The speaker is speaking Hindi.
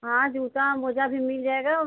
हाँ जूता मोजा भी मिल जाएगा